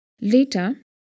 Later